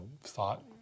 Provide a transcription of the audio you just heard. thought